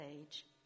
age